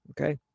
Okay